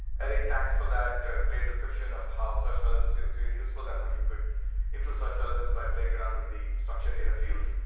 eric, thanks for that great description of how search relevancy was really useful and how you could improve such relevance by playing around with the structured data fields.